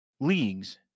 Leagues